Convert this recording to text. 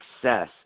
success